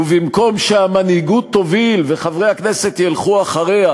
ובמקום שהמנהיגות תוביל וחברי הכנסת ילכו אחריה,